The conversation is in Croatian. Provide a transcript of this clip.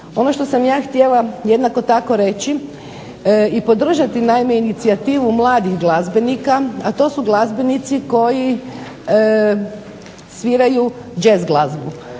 Ono što sam ja htjela jednako tako reći i podržati naime inicijativu mladih glazbenika, a to su glazbenici koji sviraju jazz glazbu.